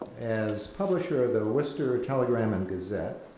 as publisher of the worcester telegram and gazette,